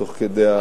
תוך כדי ההתנגדות.